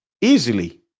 easily